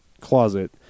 closet